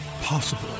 possible